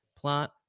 plot